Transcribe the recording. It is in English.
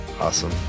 Awesome